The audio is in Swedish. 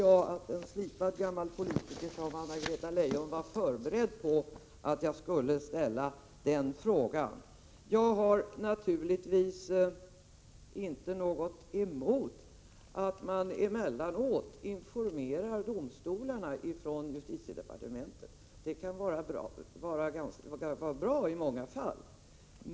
Jag trodde att en slipad gammal politiker som Anna-Greta Leijon var beredd på att jag skulle ställa den här frågan. Jag har naturligtvis inte något emot att justitiedepartementet emellanåt informerar domstolarna. Det kan i många fall vara bra.